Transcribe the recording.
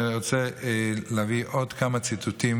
אני רוצה להביא עוד כמה ציטוטים,